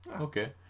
Okay